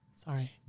Sorry